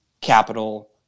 capital